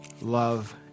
Love